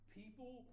people